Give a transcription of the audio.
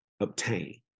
obtain